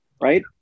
Right